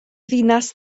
ddinas